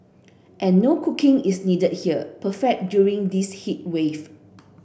and no cooking is needed here perfect during this heat wave